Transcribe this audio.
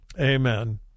Amen